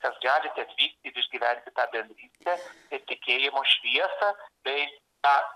kas galite atvykti ir išgyventi tą bendrystę ir tikėjimo šviesą tai tą